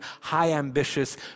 high-ambitious